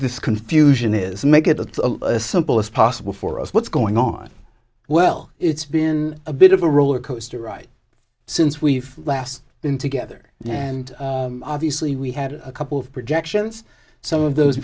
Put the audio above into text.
this confusion is make it as simple as possible for us what's going on well it's been a bit of a roller coaster ride since we've last been together and obviously we had a couple of projections some of those